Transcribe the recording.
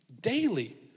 daily